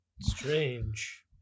Strange